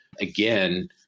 again